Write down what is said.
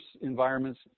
environments